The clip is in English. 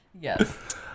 Yes